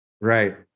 right